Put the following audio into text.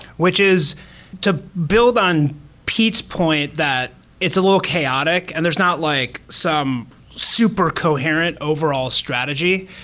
which is to build on pete's point that it's a little chaotic and there's not like some super coherent overall strategy.